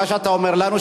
מה שאתה אומר לנו,